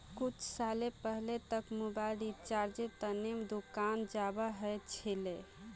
कुछु साल पहले तक मोबाइल रिचार्जेर त न दुकान जाबा ह छिले